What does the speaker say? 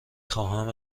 خواهم